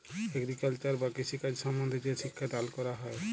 agriculture বা কৃষিকাজ সম্বন্ধে যে শিক্ষা দাল ক্যরা হ্যয়